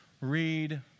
Read